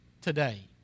today